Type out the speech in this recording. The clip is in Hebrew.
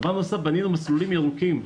בנינו מסלולים ירוקים,